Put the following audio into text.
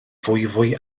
fwyfwy